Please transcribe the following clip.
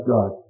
God